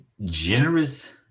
generous